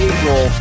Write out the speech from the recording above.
April